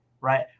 right